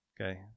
okay